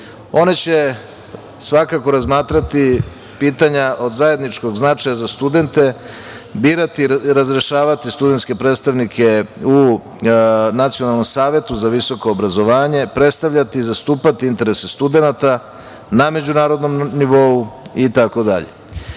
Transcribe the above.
One će svakako razmatrati pitanja od zajedničkog značaja za studente, birati i razrešavati studentske predstavnike u Nacionalnom savetu za visoko obrazovanje, predstavljati, zastupati interese studenata na međunarodnom nivou i